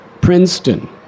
Princeton